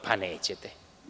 Pa, nećete.